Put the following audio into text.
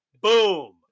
Boom